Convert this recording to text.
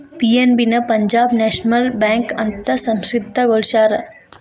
PNB ನ Punjab National Bank ಅಂತ ಸಂಕ್ಷಿಪ್ತ ಗೊಳಸ್ಯಾರ